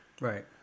Right